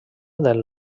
del